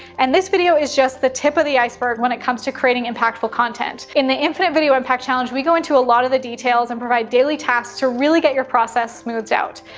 and this video is just the tip of the iceberg when it comes to creating impactful content. in the infinite video impact challenge, we go into a lot of the details and provide daily tasks to really get your process smoothed out.